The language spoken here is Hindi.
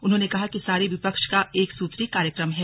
उन्होंने कहा कि सारे विपक्ष का एक सूत्रीय कार्यक्रम है